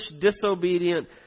disobedient